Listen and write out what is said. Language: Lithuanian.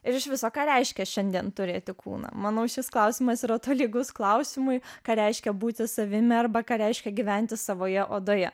ir iš viso ką reiškia šiandien turėti kūną manau šis klausimas yra tolygus klausimui ką reiškia būti savimi arba ką reiškia gyventi savoje odoje